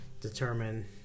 determine